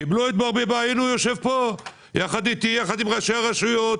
הם קיבלו את ברביבאי, אותי, את ראשי הרשויות